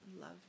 love